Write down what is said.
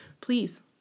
Please